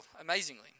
amazingly